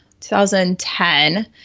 2010